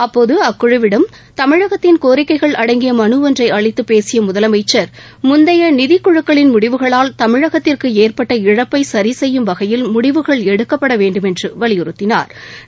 அப்போது அக்குழுவிடம் தமிழகத்தின் கோரிக்கைகள் அடங்கிய மனு ஒன்றை அளித்து பேசிய முதலமைச்சர் முந்தைய நிதிக்குழுக்களின் முடிவுகளால் தமிழகத்திற்கு ஏற்பட்ட இழப்பை சிி செய்யும் வகையில் முடிவுகள் எடுக்கப்பட வேண்டுமென்று வலியுறுத்தினாா்